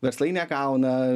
verslai negauna